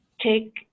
take